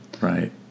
Right